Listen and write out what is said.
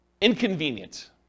inconvenient